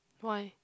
why